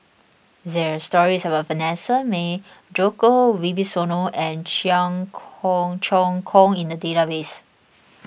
there are stories about Vanessa Mae Djoko Wibisono and Cheong Kong Choong Kong in the database